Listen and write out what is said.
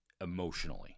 emotionally